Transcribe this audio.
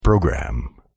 Program